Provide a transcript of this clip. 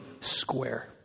square